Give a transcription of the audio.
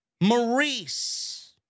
Maurice